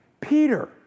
Peter